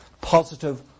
positive